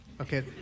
Okay